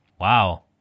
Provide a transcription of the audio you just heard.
Wow